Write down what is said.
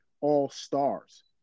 all-stars